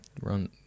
run